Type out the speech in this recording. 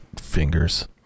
fingers